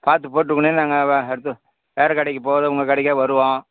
பார்த்து போட்டுக்கொடுங்க நாங்கள் வேறு இடத்துக்கு வேறு கடைக்கு போவாத உங்கள் கடைக்கே வருவோம்